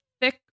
thick